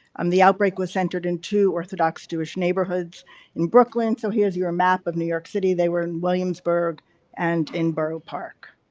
um the outbreak was centered in two orthodox jewish neighborhoods in brooklyn. so, here's your map of new york city, they were in williamsburg and in borough park.